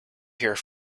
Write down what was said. here